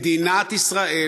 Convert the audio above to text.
מדינת ישראל,